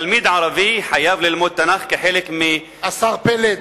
תלמיד ערבי חייב ללמוד תנ"ך כחלק, השר פלד,